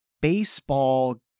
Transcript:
baseball